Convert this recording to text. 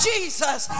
Jesus